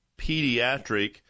pediatric